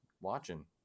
watching